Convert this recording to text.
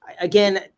again